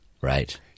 Right